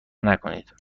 نکنید